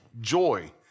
joy